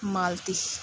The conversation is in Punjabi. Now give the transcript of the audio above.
ਮਾਲਤੀ